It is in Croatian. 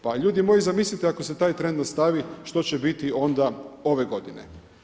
Pa ljudi moji zamislite ako se taj trend nastavi što će biti onda ove godine?